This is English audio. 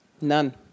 None